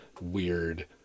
weird